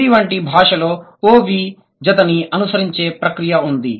హిందీ వంటి భాషలో OV కర్మ క్రియ జతని అనుసరించే ప్రక్రియ వుంది